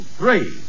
three